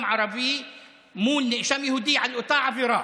ערבי מול נאשם יהודי על אותה עבירה.